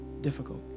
difficult